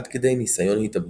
עד כדי ניסיון התאבדות.